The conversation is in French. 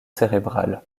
cérébral